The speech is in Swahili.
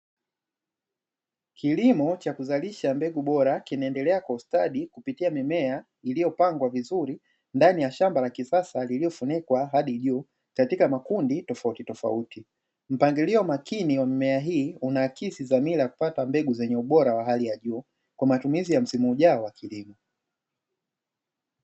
Kilimo cha kuzalisha mbegu bora kinaendelea kwa ustadi kupitia mimea iliyopangwa vizuri ndani ya shamba la kisasa lililofunikwa hadi juu katika makundi tofautitofauti. Mpagilio makini wa mimea hii unaakisi dhamira ya kupata mbegu zenye ubora wa hali ya juu kwa matumizi ya msimu ujao wa kilimo.